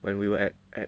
when we were at at